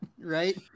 right